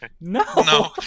no